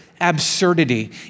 absurdity